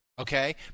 okay